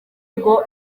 ngo